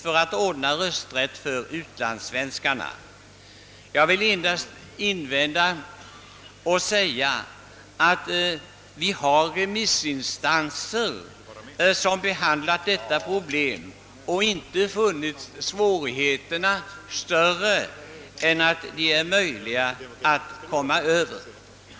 Mot detta vill jag endast invända att vissa remissinstanser som tagit del av problemet inte funnit svårigheterna oöverkomliga.